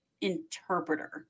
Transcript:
interpreter